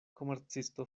komercisto